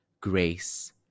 grace